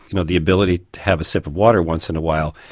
you know the ability to have a sip of water once in a while.